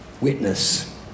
witness